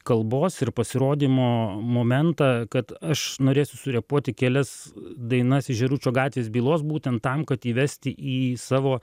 kalbos ir pasirodymo momentą kad aš norėsiu surepuoti kelias dainas iš žėručio gatvės bylos būtent tam kad įvesti į savo